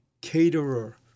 caterer